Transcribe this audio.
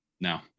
No